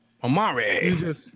Amari